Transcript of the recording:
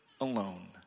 alone